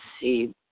see